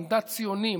מנדט ציוני,